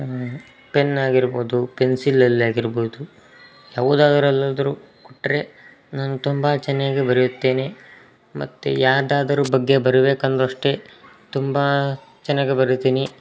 pen ಆಗಿರ್ಬೋದು ಪೆನ್ಸಿಲಲ್ಲಿ ಆಗಿರ್ಬೋದು ಯಾವುದಾದ್ರಲ್ಲಾದ್ರೂ ಕೊಟ್ಟರೆ ನಾನು ತುಂಬಾ ಚೆನ್ನಾಗಿ ಬರಿಯುತ್ತೇನೆ ಮತ್ತು ಯಾರದಾದರು ಬಗ್ಗೆ ಬರಿಬೇಕು ಅಂದಷ್ಟೆ ತುಂಬಾ ಚೆನ್ನಾಗಿ ಬರಿತೀನಿ